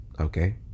Okay